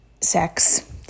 sex